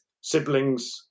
siblings